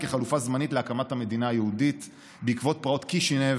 כחלופה זמנית להקמת המדינה היהודית בעקבות פרעות קישינב